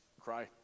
cry